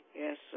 Yes